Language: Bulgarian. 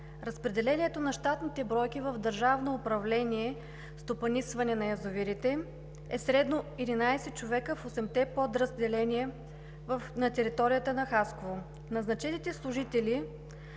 Разпределението на щатните бройки в Държавно управление „Стопанисване на язовирите“, е средно 11 човека в осемте подразделения на територията на Хасково. Назначените служители